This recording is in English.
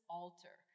altar